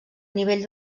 nivell